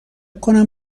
کنم